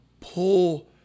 pull